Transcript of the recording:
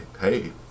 hey